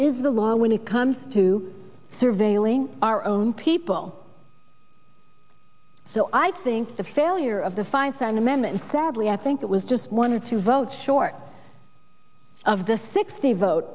is the law when it comes to surveilling our own people so i think the failure of the feinstein amendment sadly i think it was just one or two votes short of the sixty vote